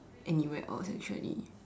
anywhere else actually